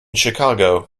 chicago